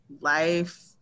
life